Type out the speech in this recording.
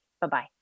Bye-bye